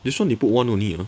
this [one] they put one only ah